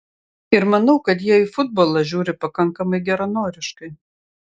ir manau kad jie į futbolą žiūri pakankamai geranoriškai